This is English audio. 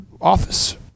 office